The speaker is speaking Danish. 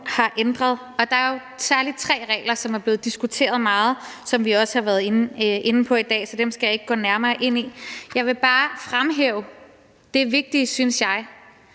har ændret, og der er særlig tre regler, som er blevet diskuteret meget, og som vi også har været inde på i dag, så dem skal jeg ikke gå nærmere ind i. Jeg vil bare fremhæve det vigtige, at hvis